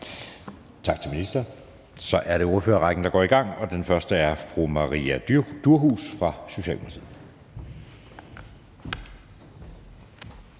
Tak til ministeren. Så er det ordførerrækken, der går i gang, og den første er fru Maria Durhuus fra Socialdemokratiet.